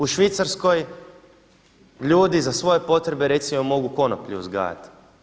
U Švicarskoj ljudi za svoje potrebe recimo mogu konoplju uzgajati.